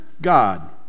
God